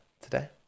today